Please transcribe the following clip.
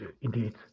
indeed